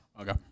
Okay